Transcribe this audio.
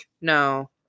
No